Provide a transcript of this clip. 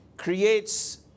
creates